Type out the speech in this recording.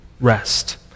rest